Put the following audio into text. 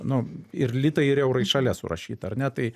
nu ir litai ir eurai šalia surašyta ar ne tai